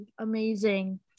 Amazing